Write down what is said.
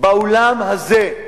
באולם הזה.